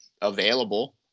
available